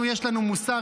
תן לו עוד מכה,